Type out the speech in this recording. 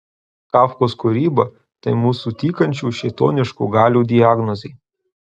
kafkos kūryba tai mūsų tykančių šėtoniškų galių diagnozė